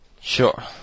Sure